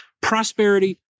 prosperity